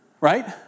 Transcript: right